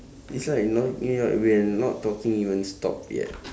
it's like not we are not talking you won't stop yet